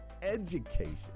education